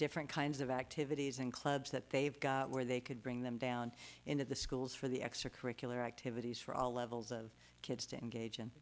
different kinds of activities and clubs that they've got where they could bring them down into the schools for the extra curricular activities for all levels of kids to engage in